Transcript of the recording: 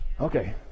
Okay